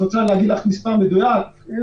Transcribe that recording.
להגיד לך מספר מדויק?